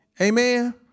Amen